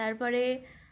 তারপরে